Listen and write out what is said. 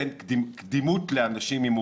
תן קדימות לאנשים עם מוגבלות.